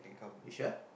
you sure